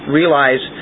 realize